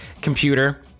computer